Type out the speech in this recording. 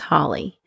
Holly